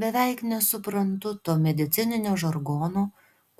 beveik nesuprantu to medicininio žargono